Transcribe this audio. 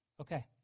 Okay